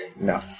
No